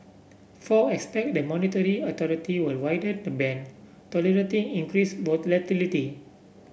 four expect the monetary authority will widen the band tolerating increased volatility